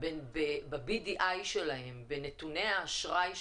ב-BDI שלהם, בנתוני האשראי שלהם,